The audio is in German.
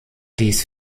dies